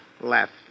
Left